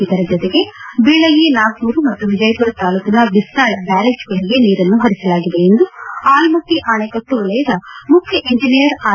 ಇದರ ಜೊತೆಗೆ ಬೀಳಗಿ ನಾಗನೂರು ಮತ್ತು ವಿಜಯಪುರ ತಾಲೂಕಿನ ಬಿಸನಾಳ ಬ್ದಾರೇಜ್ ಗಳಿಗೆ ನೀರನ್ನು ಹರಿಸಲಾಗಿದೆ ಎಂದು ಆಲಮಟ್ಟ ಅಣೆಕಟ್ಟು ವಲಯದ ಮುಖ್ಯ ಎಂಜಿನಿಯರ್ ಆರ